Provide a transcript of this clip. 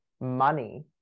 money